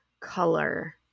color